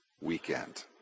Weekend